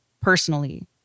personally